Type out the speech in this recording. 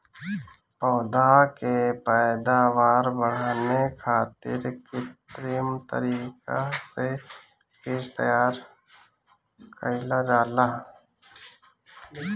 पौधा के पैदावार बढ़ावे खातिर कित्रिम तरीका से बीज तैयार कईल जाला